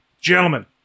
gentlemen